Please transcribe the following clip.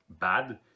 bad